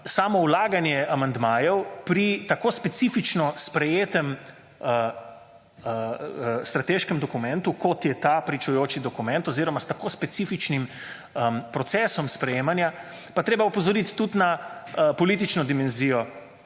samo vlaganje amandmajev pri tako specifično sprejetem strateškem dokumentu, kot je ta pričujoči dokument oziroma s tako specifičnim procesom sprejemanja, pa je treba opozorit tudi na politično dimenzijo